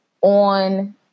on